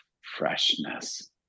freshness